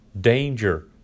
danger